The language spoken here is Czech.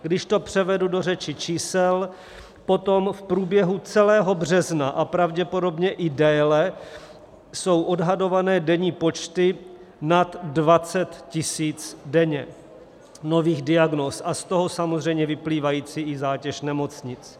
Když to převedu do řeči čísel, potom v průběhu celého března a pravděpodobně i déle jsou odhadované denní počty nad 20 000 denně nových diagnóz, a z toho samozřejmě vyplývající i zátěž nemocnic.